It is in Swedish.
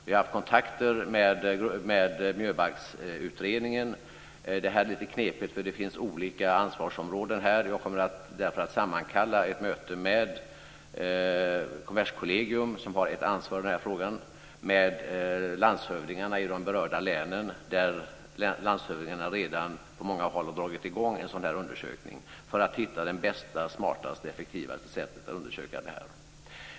Vi har haft kontakter med miljöbalksutredningen. Det är litet knepigt, för det finns olika ansvarsområden. Jag kommer därför att sammankalla ett möte med kommerskollegium, som har ett ansvar i den här frågan, och landshövdingarna i de berörda länen - landshövdingarna har redan på många håll dragit igång en undersökning - för att hitta det bästa, smartaste och effektivaste sättet att undersöka detta.